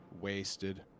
wasted